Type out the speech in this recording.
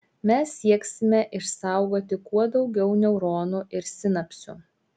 mes sieksime išsaugoti kuo daugiau neuronų ir sinapsių